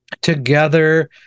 together